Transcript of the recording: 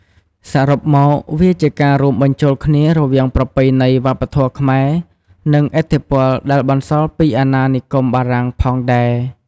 សរុបមក វាជាការរួមបញ្ចូលគ្នារវាងប្រពៃណីវប្បធម៌ខ្មែរ និងឥទ្ធិពលដែលបន្សល់ពីអាណានិគមបារាំងផងដែរ។